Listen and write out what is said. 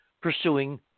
pursuing